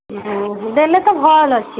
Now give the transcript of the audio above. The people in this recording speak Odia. ଓଃ ଦେଲେ ତ ଭଲ୍ ଅଛି